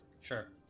Sure